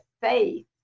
faith